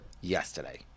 yesterday